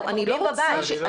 הם מרביעים בבית.